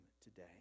today